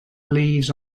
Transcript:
leaves